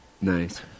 Nice